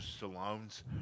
Stallone's